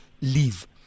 leave